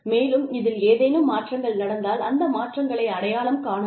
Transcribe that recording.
மேலும்இதில் ஏதேனும் மாற்றங்கள் நடந்தால் அந்த மாற்றங்களை அடையாளம் காணவும்